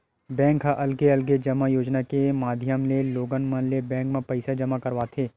bank ह अलगे अलगे जमा योजना के माधियम ले लोगन मन ल बेंक म पइसा जमा करवाथे